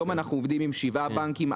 היום אנו עובדים עם 7 בנקים,